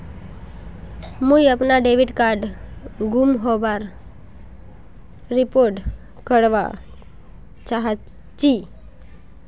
मुई अपना debit card गूम होबार रिपोर्ट करवा चहची